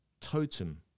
Totem